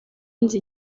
inzu